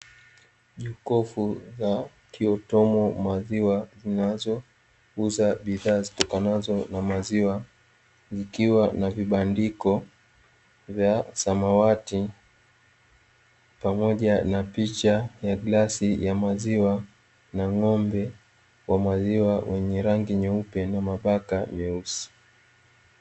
Jokofu za kiotomo maziwa zinazouzwa bidhaa zitokanazo na maziwa, zikiwa na vibandiko vya samawati , pamoja na picha ya glasi ya maziwa na ng'ombe wa maziwa wenye rangi nyeupe na mabaka meusi .